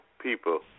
people